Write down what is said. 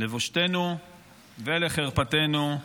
לבושתנו ולחרפתנו,